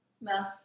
No